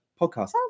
podcast